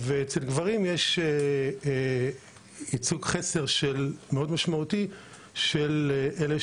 אצל גברים יש ייצוג חסר מאוד משמעותי לאלו